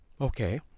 okay